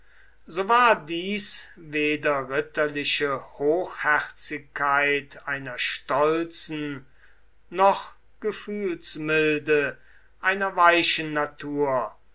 so war dies weder ritterliche hochherzigkeit einer stolzen noch gefühlsmilde einer weichen natur